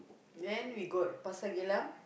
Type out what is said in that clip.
then we got Pasir-Geylang